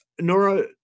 Nora